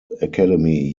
academy